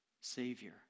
Savior